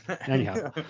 Anyhow